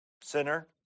Sinner